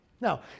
Now